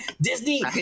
Disney